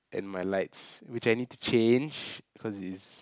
and my lights which I need to change cause it is